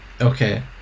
Okay